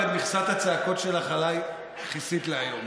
את, כבר את מכסת הצעקות שלך עליי כיסית להיום.